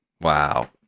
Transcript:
Wow